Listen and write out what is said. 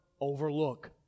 overlook